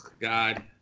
God